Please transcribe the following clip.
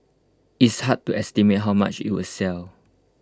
it's hard to estimate how much IT will sell